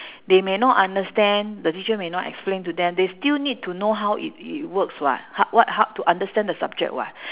they may not understand the teacher may not explain to them they still need to know how it it works [what] how what how to understand the subject [what]